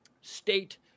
state